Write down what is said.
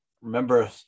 remember